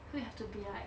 we have to be like